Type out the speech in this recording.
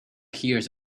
hears